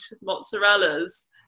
mozzarellas